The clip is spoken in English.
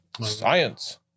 Science